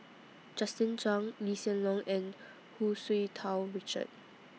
Justin Zhuang Lee Hsien Loong and Hu Tsu Tau Richard